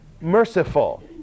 merciful